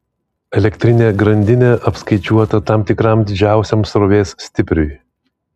elektrinė grandinė apskaičiuota tam tikram didžiausiam srovės stipriui